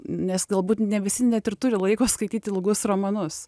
nes galbūt ne visi net ir turi laiko skaityt ilgus romanus